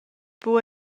buc